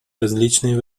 различные